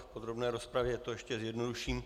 V podrobné rozpravě to ještě zjednoduším.